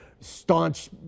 staunch